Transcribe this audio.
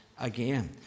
again